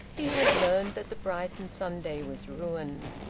he had learnt that the brighton sunday was ruined.